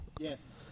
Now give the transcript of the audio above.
Yes